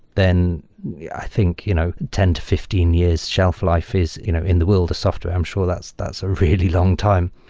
then i think you know ten to fifteen years shelf life is you know in the world of software. i'm sure that's that's a really long time.